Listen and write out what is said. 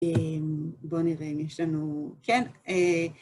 בואו נראה אם יש לנו, כן.